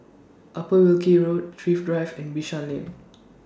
Upper Wilkie Road Thrift Drive and Bishan Lane